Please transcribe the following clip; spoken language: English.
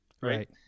right